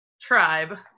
tribe